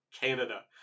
canada